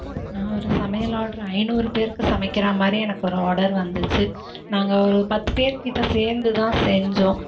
நான் ஒரு சமையல் ஆட்ரு ஐநூறு பேருக்கு சமைக்கிற மாதிரி எனக்கு ஒரு ஆடர் வந்துச்சு நாங்கள் ஒரு பத்து பேர் கிட்ட சேர்ந்துதா செஞ்சோம்